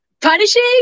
Punishing